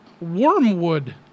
Wormwood